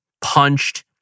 punched